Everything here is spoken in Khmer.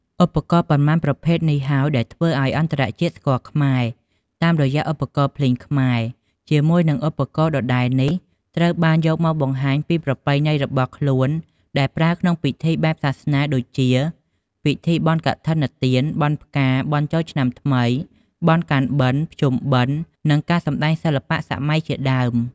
ឧបករណ៏ប៉ុន្មានប្រភេទនេះហើយដែលធ្វើអោយអន្តរជាតិស្គាល់ខ្មែរតាមរយឧបករណ៏ភ្លេងខ្មែរ ជាមួយនិងឧបករណ៏ដដែលនេះត្រូវបានយកមកបង្ហាញពីប្រពៃណីរបស់ខ្លួនដែលប្រើក្នុងពិធីបែបសាសនាដូចជាពិធីបុណ្យកឋិនទាន បុណ្យផ្កា បុណ្យចូលឆ្នាំថ្មី បុណ្យកាន់បិណ្យ ភ្ជំុបិណ្យ និងការសំដែងសិល្បៈសម័យជាដើម។